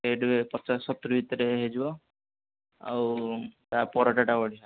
ସେଇଠିରେ ପଚାଶ ସତୁରି ଭିତରେ ହୋଇଯିବ ଆଉ ତା ପରଟାଟା ବଢ଼ିଆ